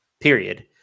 period